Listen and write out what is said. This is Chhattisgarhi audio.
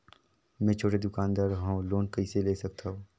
मे छोटे दुकानदार हवं लोन कइसे ले सकथव?